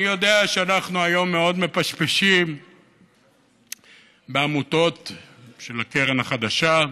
אני יודע שהיום אנחנו מאוד מפשפשים בעמותות של הקרן החדשה.